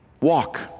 Walk